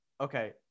okay